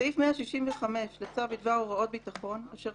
סעיף 165 לצו בדבר הוראות ביטחון אשר